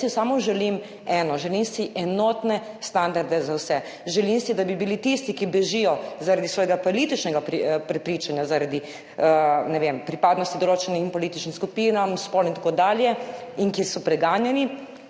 jaz si samo želim eno, želim si enotne standarde za vse. Želim si, da bi bili tisti, ki bežijo zaradi svojega političnega prepričanja, zaradi, ne vem, pripadnosti določenim političnim skupinam, spol, itd., in ki so preganjani,